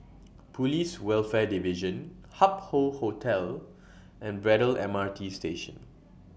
Police Welfare Division Hup Hoe Hotel and Braddell M R T Station